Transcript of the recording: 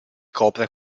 copre